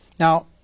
Now